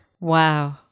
Wow